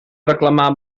reclamar